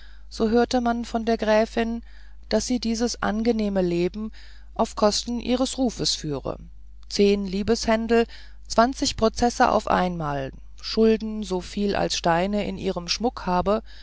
so hörte man von der gräfin daß sie dieses angenehme leben auf kosten ihres rufes führe zehn liebeshändel zwanzig prozesse auf einmal schulden so viel als steine in ihrem schmuck habe